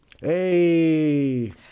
Hey